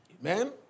Amen